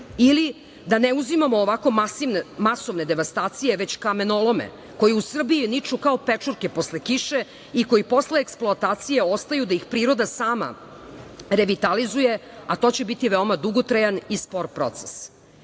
Ili da ne uzimamo ovako masovne devastacije, već kamenolome, koji u Srbiji niču kao pečurke posle kiše i koji posle eksploatacije ostaju da ih priroda sama revitalizuje, a to će biti veoma dugotrajan i spor proces. Iza